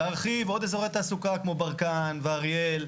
להרחיב עוד אזורי תעסוקה כמו ברקן ואריאל.